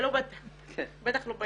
אני